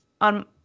on